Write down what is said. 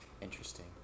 Interesting